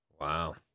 Wow